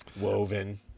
woven